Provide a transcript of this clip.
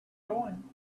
going